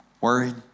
Worried